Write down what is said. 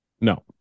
No